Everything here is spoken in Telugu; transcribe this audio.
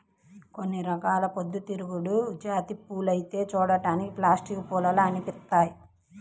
కొన్ని రకాల పొద్దుతిరుగుడు జాతి పూలైతే చూడ్డానికి ప్లాస్టిక్ పూల్లాగా అనిపిత్తయ్యి